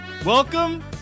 Welcome